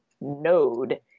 node